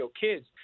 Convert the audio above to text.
kids